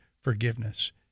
forgiveness